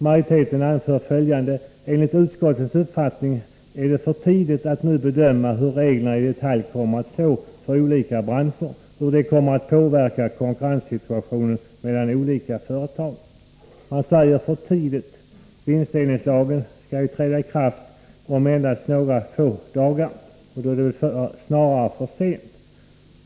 Majoriteten anför följande: ”Enligt utskottets uppfattning är det för tidigt att nu bedöma hur reglerna i detalj kommer att slå för olika branscher och hur de kommer att påverka konkurrenssituationer mellan olika företag.” Man säger ”för tidigt”! Vinstdelningslagen skall ju träda i kraft om endast några få dagar. Det är väl snarare för sent.